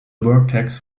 vertex